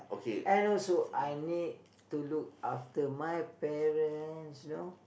and also I need to look after my parents you know